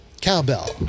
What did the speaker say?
Cowbell